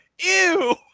Ew